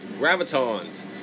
gravitons